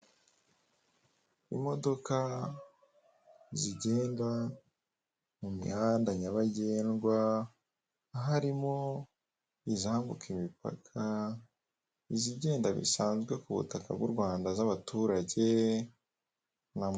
Imodoka zigenda mu mihanda nyabagendwa harimo izambuka imipaka izigenda bisanzwe ku butaka bw'u Rwanda z'abaturage...